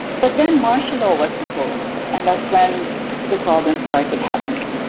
but then martial law was imposed and that's when the problems started happening.